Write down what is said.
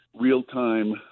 real-time